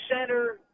center